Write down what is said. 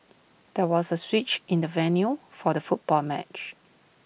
there was A switch in the venue for the football match